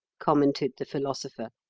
commented the philosopher.